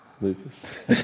Lucas